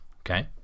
okay